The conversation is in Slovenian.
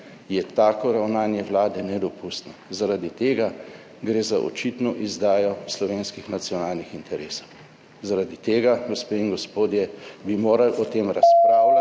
je tako ravnanje vlade nedopustno. Zaradi tega gre za očitno izdajo slovenskih nacionalnih interesov. Zaradi tega, gospe in gospodje, bi morali o tem razpravljati